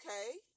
Okay